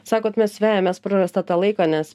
sakot mes vejamės prarastą tą laiką nes